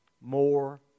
More